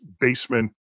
basement